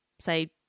say